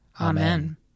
Amen